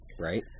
right